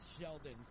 Sheldon